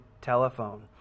telephone